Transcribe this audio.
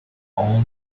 owned